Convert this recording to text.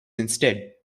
instead